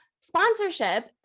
sponsorship